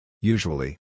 Usually